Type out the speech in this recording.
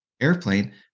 airplane